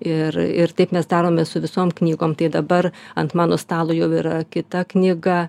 ir ir taip mes darome su visom knygom tai dabar ant mano stalo jau yra kita knyga